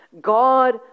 God